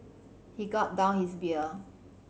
he gulped down his beer